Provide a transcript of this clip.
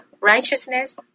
righteousness